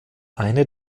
eine